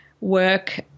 work